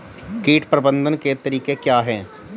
कीट प्रबंधन के तरीके क्या हैं?